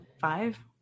five